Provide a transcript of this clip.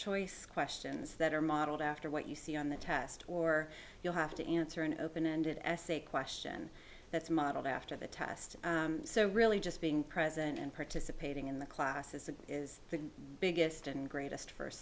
choice questions that are modeled after what you see on the test or you'll have to answer an open ended essay question that's modeled after the test so really just being present and participating in the classes is the biggest and greatest first